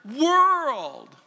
world